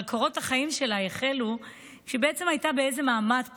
אבל קורות החיים שלה החלו כשהיא בעצם הייתה במעמד פועלים,